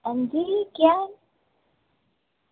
हां जी केह् हाल